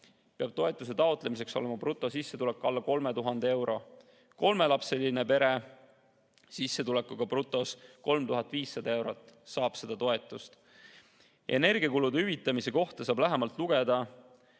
peab toetuse taotlemiseks olema alla 3000 euro. Kolmelapseline pere sissetulekuga brutos 3500 eurot saab seda toetust. Energiakulude hüvitamise kohta saab lähemalt lugeda